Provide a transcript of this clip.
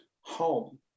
home